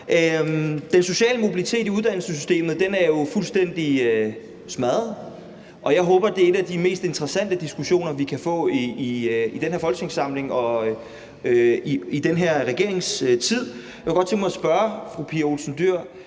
Den sociale mobilitet i uddannelsessystemet er jo fuldstændig smadret, og jeg håber, at det er en af de mest interessante diskussioner, vi kan få i den her folketingssamling og i den her regerings tid. Jeg kunne godt tænke mig at spørge fru Pia Olsen Dyhr: